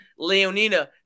Leonina